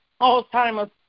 Alzheimer's